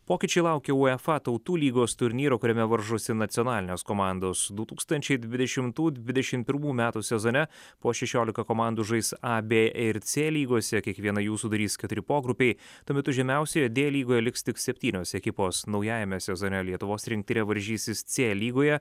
pokyčiai laukia uefa tautų lygos turnyro kuriame varžosi nacionalinės komandos du tūkstančiai dvidešimtų dvidešim pirmų metų sezone po šešiolika komandų žais a b ir c lygose kiekvieną jų sudarys keturi pogrupiai tuo metu žymiausioje d lygoje liks tik septynios ekipos naujajame sezone lietuvos rinktinė varžysis c lygoje